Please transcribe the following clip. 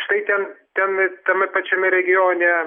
štai ten ten tame pačiame regione